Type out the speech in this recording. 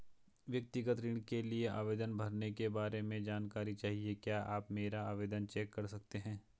व्यक्तिगत ऋण के लिए आवेदन भरने के बारे में जानकारी चाहिए क्या आप मेरा आवेदन चेक कर सकते हैं?